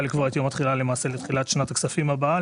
לקבוע את יום התחילה לתחילת שנת הכספים הבאה,